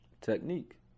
technique